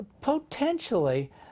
potentially